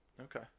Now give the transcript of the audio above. Okay